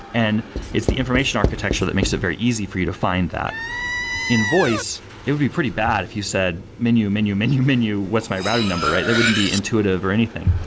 and it's the information architecture that makes it very easy for you to find that in voice, it would be pretty bad if you said menu, menu, menu, menu, what's my routing number? they wouldn't be intuitive, or anything.